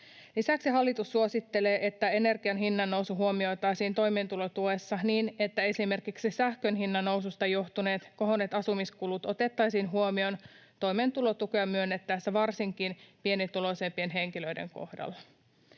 Lisäksi hallitus suosittelee, että energian hinnannousu huomioitaisiin toimeentulotuessa niin, että esimerkiksi sähkön hinnannoususta johtuneet kohonneet asumiskulut otettaisiin huomioon toimeentulotukea myönnettäessä, varsinkin pienituloisempien henkilöiden kohdalla.